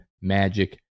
Magic